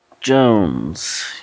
Jones